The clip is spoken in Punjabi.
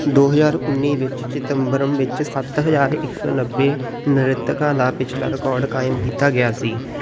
ਦੋ ਹਜ਼ਾਰ ਉੱਨੀ ਵਿੱਚ ਚਿਦੰਬਰਮ ਵਿੱਚ ਸੱਤ ਹਜ਼ਾਰ ਇੱਕ ਸੌ ਨੱਬੇ ਨ੍ਰਿੱਤਕਾਂ ਦਾ ਪਿਛਲਾ ਰਿਕੋਡ ਕਾਇਮ ਕੀਤਾ ਗਿਆ ਸੀ